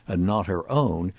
and not her own,